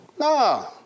No